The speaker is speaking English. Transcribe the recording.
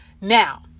Now